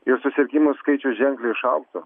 ir susirgimų skaičius ženkliai išaugtų